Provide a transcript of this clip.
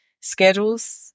schedules